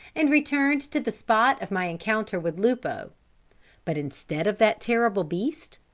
and returned to the spot of my encounter with lupo but instead of that terrible beast,